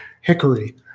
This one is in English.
hickory